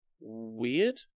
weird